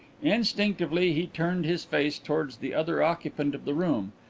instinctively he turned his face towards the other occupant of the room,